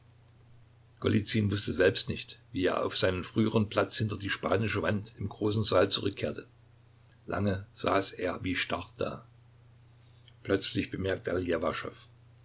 wußte selbst nicht wie er auf seinen früheren platz hinter die spanische wand im großen saal zurückkehrte lange saß er wie starr da plötzlich bemerkte er